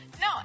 No